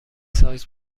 سایز